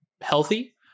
healthy